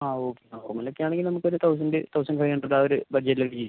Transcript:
ആ ഓ ആ ഓ ഓല ഒക്കെ ആണെങ്കിൽ നമുക്ക് ഒര് തൗസൻഡ് തൗസൻഡ് ഫൈവ് ഹണ്ട്രഡ് ആ ഒര് ബഡ്ജറ്റിൽ കിട്ടും